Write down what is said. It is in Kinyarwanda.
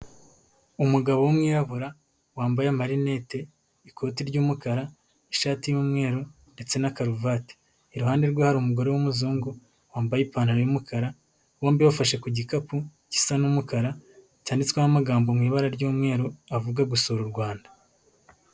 Umugabo w'umwirabura wambaye amarinete, ikoti ry'umukara, ishati y'umweru ndetse na karuvati, iruhande rwe hari umugore w'umuzungu wambaye ipantaro y'umukara, bombi bafashe ku gikapu gisa n'umukara cyanditsweho amagambo mu ibara ry'umweru, avuga gusura u Rwanda.